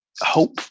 hope